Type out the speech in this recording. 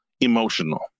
emotional